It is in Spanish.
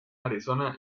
arizona